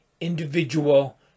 individual